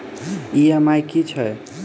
EMI की छैक?